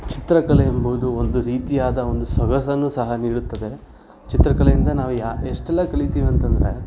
ಚಿತ್ರಕಲೆ ಎಂಬುವುದು ಒಂದು ರೀತಿಯಾದ ಒಂದು ಸೊಗಸನ್ನು ಸಹ ನೀಡುತ್ತದೆ ಚಿತ್ರಕಲೆಯಿಂದ ನಾವು ಯಾ ಎಷ್ಟೆಲ್ಲ ಕಲೀತೀವಂತಂದರೆ